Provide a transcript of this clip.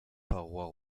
parois